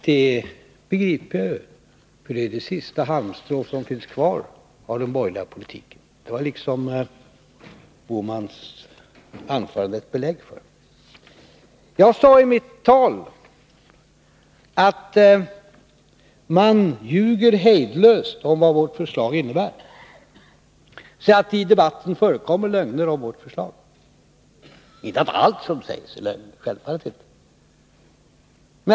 Det är ju det sista halmstrået för den borgerliga politiken. Det ger herr Bohmans anförande belägg för. Jag sade i mitt anförande att man ljuger hejdlöst om vad vårt förslag innebär. Jag vill alltså påstå att det i debatten förekommer lögner beträffande vårt förslag. Men allt som sägs är inte lögn, självfallet inte.